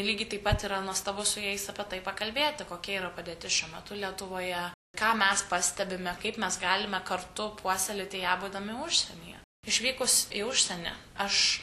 lygiai taip pat yra nuostabu su jais apie tai pakalbėti kokia yra padėtis šiuo metu lietuvoje ką mes pastebime kaip mes galime kartu puoselėti ją būdami užsienyje išvykus į užsienį aš